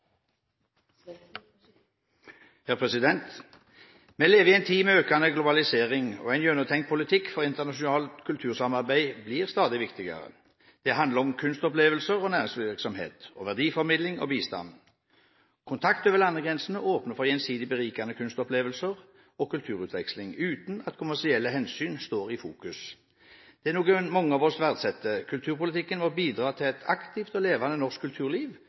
Vi lever i en tid med økende globalisering. En gjennomtenkt politikk for internasjonalt kultursamarbeid blir stadig viktigere. Det handler om kunstopplevelser og næringsvirksomhet, om verdiformidling og bistand. Kontakt over landegrensene åpner for gjensidig berikende kunstopplevelser og kulturutveksling, uten at kommersielle hensyn står i fokus. Det er noe mange av oss verdsetter. Kulturpolitikken må bidra til et aktivt og levende norsk kulturliv